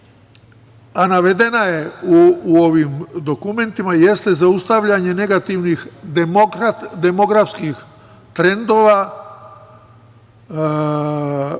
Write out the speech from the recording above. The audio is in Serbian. a navedena je u ovim dokumentima jeste zaustavljanje negativnih demografskih trendova,